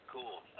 Cool